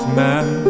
man